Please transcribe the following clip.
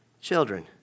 children